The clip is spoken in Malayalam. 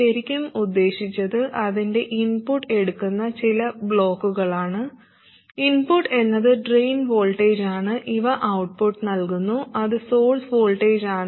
ശരിക്കും ഉദ്ദേശിച്ചത് അതിന്റെ ഇൻപുട്ട് എടുക്കുന്ന ചില ബ്ലോക്കുകളാണ് ഇൻപുട്ട് എന്നത് ഡ്രെയിൻ വോൾട്ടേജാണ് ഇവ ഔട്ട്പുട്ട് നൽകുന്നു അത് സോഴ്സ് വോൾട്ടേജാണ്